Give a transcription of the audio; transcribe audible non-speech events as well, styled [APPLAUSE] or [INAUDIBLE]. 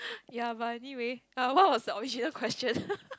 ya but anyway uh what was the original question [LAUGHS]